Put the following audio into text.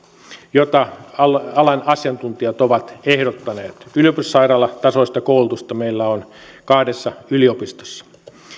jota alan asiantuntijat ovat ehdottaneet yliopistosairaalatasoista koulutusta meillä on kahdessa yliopistossa